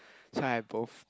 so I have both